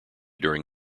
during